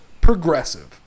progressive